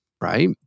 right